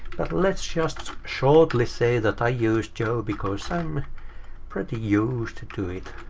but let's just shortly say that i use joe, because i am pretty used to to it.